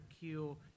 kill